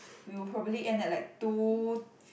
we will probably end at like two